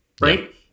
right